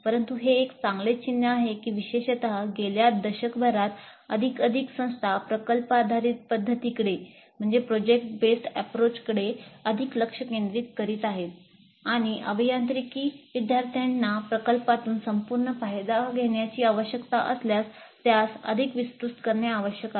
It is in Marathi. परंतु हे एक चांगले चिन्ह आहे की विशेषत गेल्या दशकभरात अधिकाधिक संस्था प्रकल्प आधारित पध्दतीकडे अधिक लक्ष केंद्रित करीत आहेत आणि अभियांत्रिकी विद्यार्थ्यांना प्रकल्पातून संपूर्ण फायदा घेण्याची आवश्यकता असल्यास त्यास अधिक विस्तृत करणे आवश्यक आहे